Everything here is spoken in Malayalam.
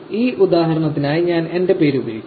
ഈ ഉദാഹരണത്തിനായി ഞാൻ എന്റെ പേര് ഉപയോഗിക്കും